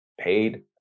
paid